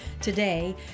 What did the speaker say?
today